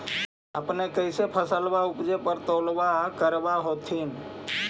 अपने कैसे फसलबा उपजे पर तौलबा करबा होत्थिन?